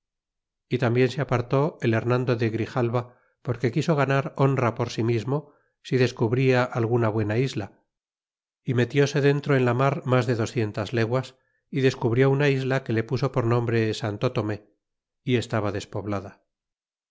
y tambien se aparté el hernando de grijalva porque quiso ganar honra por sí mismo si descubría alguna buena isla y metióse dentro en la mar mas de doscientas leguas y descubrió una isla que le puso nombre santo tomé y estaba despoblada